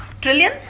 Trillion